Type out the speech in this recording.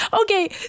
Okay